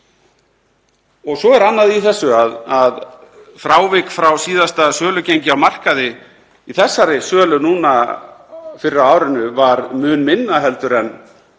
Svo er annað í þessu að frávik frá síðasta sölugengi á markaði, í þessari sölu fyrr á árinu, var mun minna en